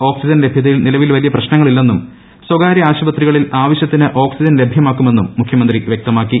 oxygen ലഭ്യതയിൽ നിലവിൽ വലിയ പ്രശ്നങ്ങളില്ലെന്നും സ്വകാര്യ ആശുപത്രികളിൽ ആവശ്യത്തിനു ഓക് സിജൻ ലഭ്യമാക്കുമെന്നും മുഖ്യമന്ത്രി വൃക്തമാക്കി